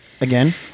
Again